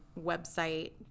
website